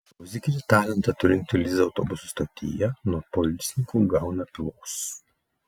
muzikinį talentą turinti liza autobusų stotyje nuo policininkų gauna pylos